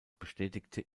bestätigte